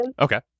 Okay